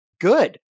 good